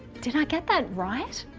did i get that right?